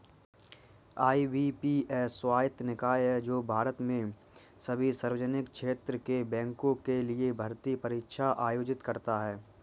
IBPS स्वायत्त निकाय है जो भारत में सभी सार्वजनिक क्षेत्र के बैंकों के लिए भर्ती परीक्षा आयोजित करता है